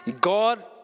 God